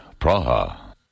Praha